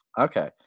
Okay